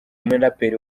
umuraperi